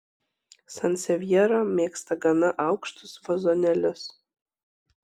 sansevjera mėgsta gana aukštus vazonėlius